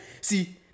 See